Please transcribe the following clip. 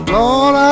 Lord